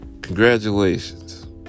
congratulations